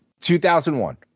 2001